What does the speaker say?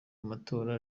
matora